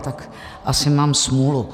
Tak asi mám smůlu.